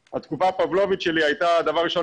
אז התגובה הפבלובית שלי הייתה דבר ראשון